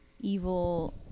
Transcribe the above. evil